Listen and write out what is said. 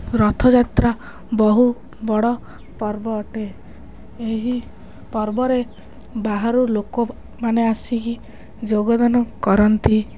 ରଥଯାତ୍ରା ବହୁ ବଡ଼ ପର୍ବ ଅଟେ ଏହି ପର୍ବରେ ବାହାରୁ ଲୋକମାନେ ଆସିକି ଯୋଗଦାନ କରନ୍ତି